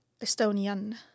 Estonian